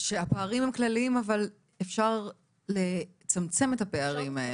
הפערים הם כלליים, אבל אפשר לצמצם את הפערים האלה.